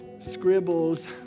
scribbles